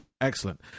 excellent